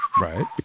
Right